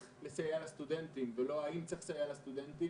לסייע לסטודנטים ולא האם צריך לסייע לסטודנטים,